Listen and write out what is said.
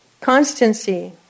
constancy